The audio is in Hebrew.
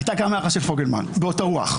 הייתה גם הערה של פוגלמן באותה רוח.